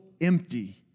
empty